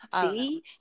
See